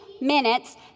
minutes